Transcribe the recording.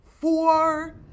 four